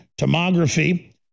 tomography